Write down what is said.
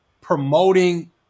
promoting